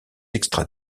extra